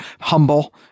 Humble